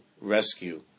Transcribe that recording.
rescue